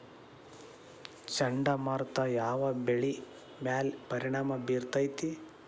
ಚಂಡಮಾರುತ ಯಾವ್ ಬೆಳಿ ಮ್ಯಾಲ್ ಪರಿಣಾಮ ಬಿರತೇತಿ?